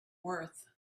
worth